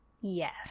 Yes